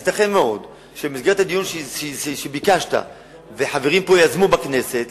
אז ייתכן מאוד שבמסגרת הדיון שביקשת וחברים פה יזמו בכנסת,